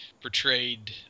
portrayed